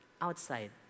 outside